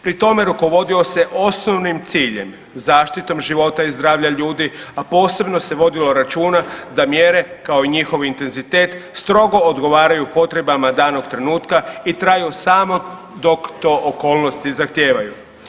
Pri tome, rukovodio se osnovnim ciljem, zaštitom života i zdravlja ljudi, a posebno se vodilo računa, da mjere, kao i njihov intenzitet strogo odgovaraju potrebama danog trenutka i traju samo dok to okolnosti zahtijevaju.